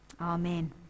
amen